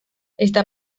esta